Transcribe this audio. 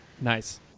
Nice